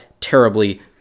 terribly